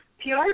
PR